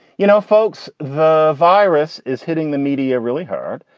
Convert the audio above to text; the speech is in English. you know, folks, the virus is hitting the media really hard.